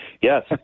Yes